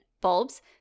bulbs